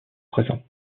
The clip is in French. présents